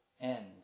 end